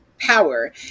power